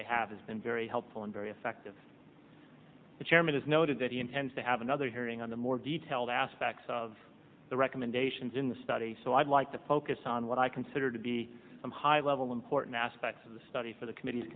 they have it's been very helpful and very effective the chairman has noted that he intends to have another hearing on the more detailed aspects of the recommendations in the study so i'd like to focus on what i consider to be some high level important aspects of the study for the committees